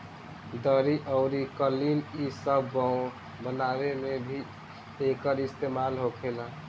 दरी अउरी कालीन इ सब बनावे मे भी एकर इस्तेमाल होखेला